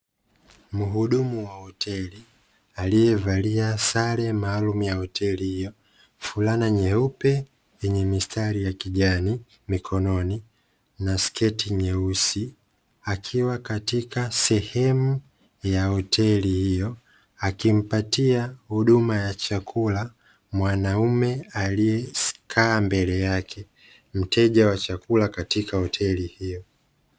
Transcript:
Muhudumu wa hoteli aliyevalia sare maalumu ya hoteli hiyo, fulana nyeupe yenye mistari ya kijani mikononi na sketi nyeusi, akiwa katika sehemu ya hoteli hiyo akimpatia huduma ya chakula mwanaume aliye kaa mbele yake, mteja wa chakula katika hoteli hiyo.